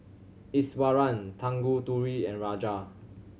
Iswaran Tanguturi and Raja